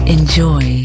Enjoy